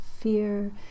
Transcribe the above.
fear